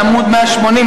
בעמוד 180,